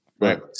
right